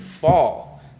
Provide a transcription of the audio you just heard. fall